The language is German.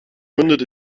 mündet